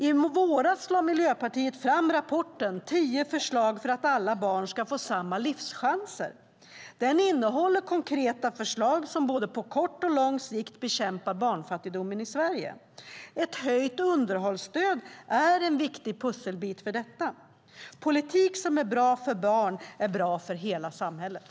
I våras lade Miljöpartiet fram rapporten Tio insatser för att alla barn ska få samma livschanser . Den innehåller konkreta förslag som både på kort och på lång sikt bekämpar barnfattigdomen i Sverige. Ett höjt underhållsstöd är en viktig pusselbit i detta. Politik som är bra för barn är bra för hela samhället.